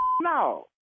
no